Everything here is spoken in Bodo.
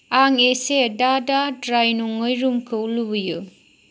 आं इसे दा दा द्राय नङै रुमखौ लुबैयो